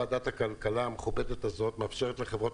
ועדת הכלכלה המכובדת הזאת מאפשרת לחברות